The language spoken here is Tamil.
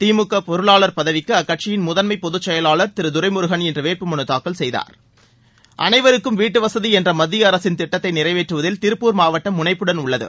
திமுக பொருளாளா் பதவிக்கு அக்கட்சியின் முதன்மை பொதுச் செயலாளா் திரு துரைமுருகன் இன்று வேட்புமனு தாக்கல் செய்தார் அனைவருக்கும வீட்டு வசதி என்ற மத்திய அரசின் திட்டத்தை நிறைவேற்றுவதில் திருப்பூர் மாவட்டம் முனைப்புடன் உள்ளது